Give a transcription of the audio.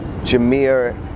jameer